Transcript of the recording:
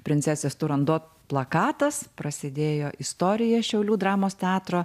princesės turandot plakatas prasėdėjo istorija šiaulių dramos teatro